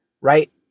right